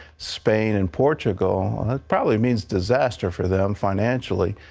spain, and portugal, it probably means disaster for them financially.